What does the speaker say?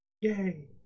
yay